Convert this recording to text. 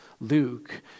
Luke